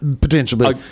Potentially